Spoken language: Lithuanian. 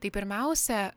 tai pirmiausia